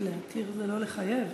להתיר זה לא לחייב.